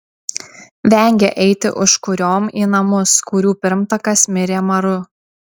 vengė eiti užkuriom į namus kurių pirmtakas mirė maru